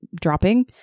dropping